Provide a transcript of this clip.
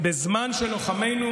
בזמן שלוחמינו